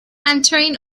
entering